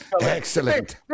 Excellent